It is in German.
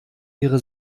ihre